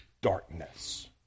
darkness